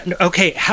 Okay